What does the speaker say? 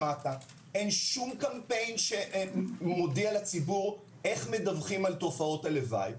אין שום קמפיין שמודיע לציבור איך מדווחים על תופעות הלוואי,